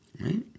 Right